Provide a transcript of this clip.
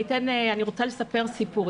אני רוצה לספר סיפור.